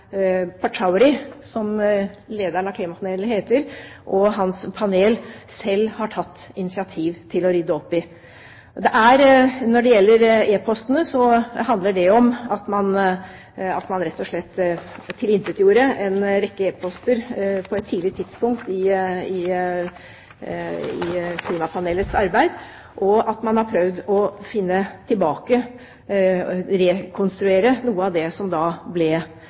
som lederen av klimapanelet heter – og hans panel selv har tatt initiativ til å rydde opp i. Når det gjelder e-postene, handler det om at man rett og slett tilintetgjorde en rekke e-poster på et tidlig tidspunkt i klimapanelets arbeid, og at man har prøvd å finne tilbake – rekonstruere – noe av det som da